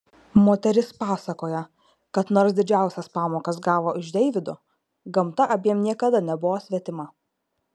moteris pasakoja kad nors didžiausias pamokas gavo iš deivido gamta abiem niekada nebuvo svetima